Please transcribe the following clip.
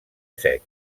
sec